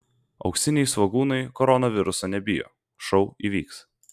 auksiniai svogūnai koronaviruso nebijo šou įvyks